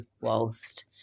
whilst